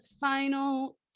final